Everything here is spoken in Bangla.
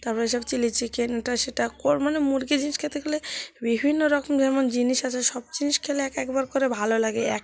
তার পরে এসব চিলি চিকেন এটা সেটা কর মানে মুরগি জিনিস খেতে গেলে বিভিন্ন রকম যেমন জিনিস আছে সব জিনিস খেলে এক একবার করে ভালো লাগে এক